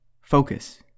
Focus